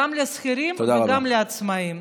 גם לשכירים גם לעצמאים.